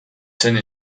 send